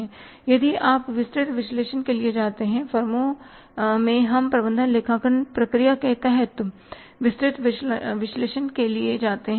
अब यदि आप विस्तृत विश्लेषण के लिए जाते हैं फर्मों में हम प्रबंधन लेखांकन प्रक्रिया के तहत विस्तृत विश्लेषण के लिए जाते हैं